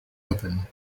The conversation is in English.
open